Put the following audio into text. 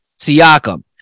Siakam